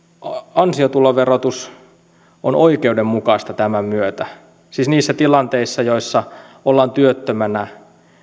ansiotuloverotus on oikeudenmukaista tämän myötä siis niissä tilanteissa joissa ollaan työttömänä